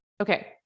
Okay